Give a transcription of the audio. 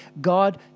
God